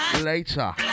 Later